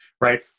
right